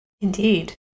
Indeed